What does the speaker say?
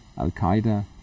Al-Qaeda